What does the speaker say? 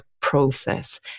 process